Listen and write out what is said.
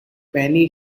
penny